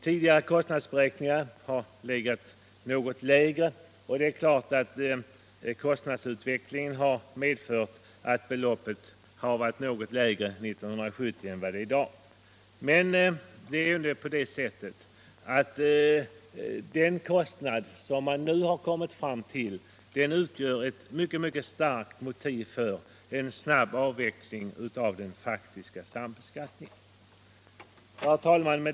Tidigare kost nadsberäkningar har legat något lägre. Kostnadsutvecklingen har natur Nr 76 ligtvis medfört att beloppet Var något lägre 1970 än det är i dag. Men Fredagen den den kostnad man nu kommit fram till utgör ett mycket starkt motiv S' mars 1976 för en snabb avveckling av den faktiska sambeskattningen.